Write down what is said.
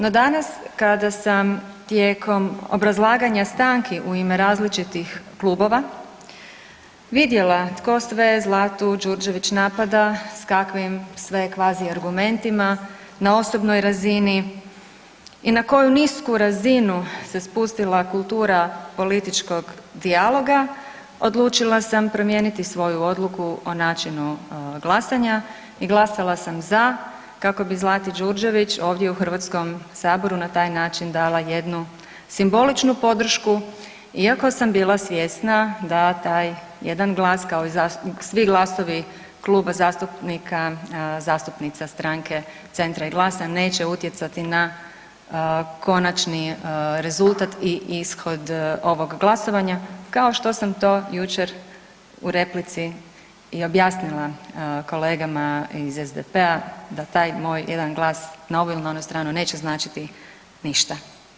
No, danas kada sam tijekom obrazlaganja stanki u ime različitih klubova vidjela tko sve Zlatu Đurđević napada s kakvim sve kvazi argumentima na osobnoj razini i na koju nisku razinu se spustila kultura političkog dijaloga odlučila sam promijeniti svoju odluku o načinu glasanja i glasala sam za kako bi Zlati Đurđević ovdje u Hrvatskom saboru na taj način dala jednu simboličnu podršku iako sam bila svjesna da taj jedan glas kao i svi glasovi kluba zastupnika, zastupnica Centra i GLAS-a neće utjecati na konačni rezultat i ishod ovog glasovanja kao što sam to jučer u replici i objasnila kolegama iz SDP-a da taj moj jedan glas na ovu ili na onu stranu neće značiti ništa.